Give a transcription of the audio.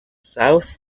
south